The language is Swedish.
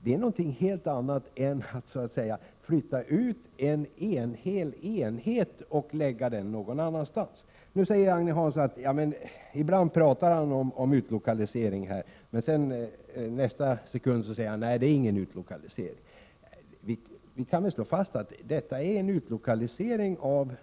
Detta är någonting helt annat än att flytta ut en hel enhet och lägga den någon annanstans. Ibland talar Agne Hansson om utlokalisering, men nästa sekund säger han att det inte är någon utlokalisering. Vi kan väl slå fast att detta är utlokalisering av